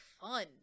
fun